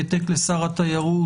בהעתק לשר התיירות,